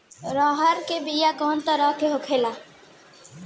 अरहर के बिया कौ तरह के होला?